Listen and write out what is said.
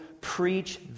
preach